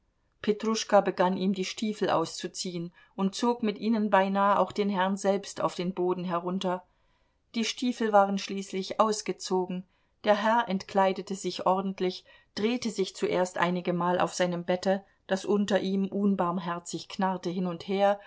petruschka begann ihm die stiefel auszuziehen und zog mit ihnen beinahe auch den herrn selbst auf den boden herunter die stiefel waren schließlich ausgezogen der herr entkleidete sich ordentlich drehte sich zuerst einigemal auf seinem bette das unter ihm unbarmherzig knarrte hin und her